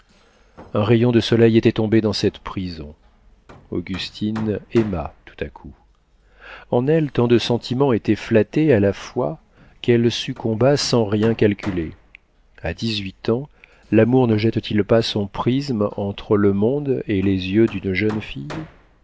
un rayon de soleil était tombé dans cette prison augustine aima tout à coup en elle tant de sentiments étaient flattés à la fois qu'elle succomba sans rien calculer a dix-huit ans l'amour ne jette t il pas son prisme entre le monde et les yeux d'une jeune fille